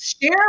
share